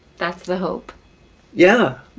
that's the hope yeah,